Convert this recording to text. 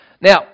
Now